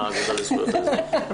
מהאגודה לזכויות האזרח.